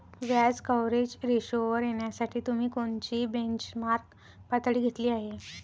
व्याज कव्हरेज रेशोवर येण्यासाठी तुम्ही कोणती बेंचमार्क पातळी घेतली आहे?